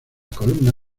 columna